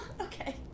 okay